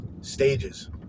stages